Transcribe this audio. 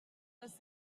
les